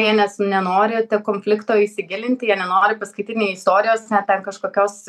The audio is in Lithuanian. jie nes nenorite konflikto įsigilinti jie nenori paskaity nei istorijos nei ten kažkokios